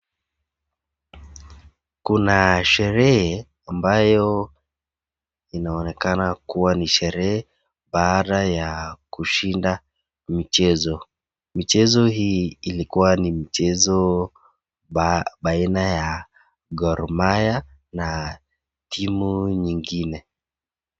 Kuna sherehe ambayo inaonekana kuwa ni sherehe baada ya kushinda michezo. Michezo hii ilikuwa ni michezo baina ya Gor Mahia na timu nyingine.